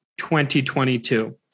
2022